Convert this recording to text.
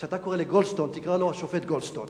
כשאתה קורא לגולדסטון, תקרא לו: "השופט גולדסטון".